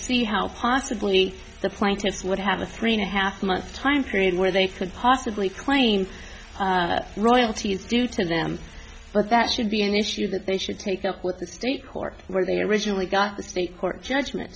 see how possibly the plaintiffs would have a three and a half month time period where they could possibly claim royalties due to them but that should be an issue that they should take up with the state court where they originally got the state court judgment